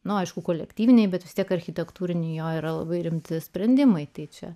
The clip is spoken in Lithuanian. nu aišku kolektyviniai bet vis tiek architektūriniai jo yra labai rimti sprendimai tai čia